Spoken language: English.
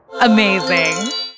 Amazing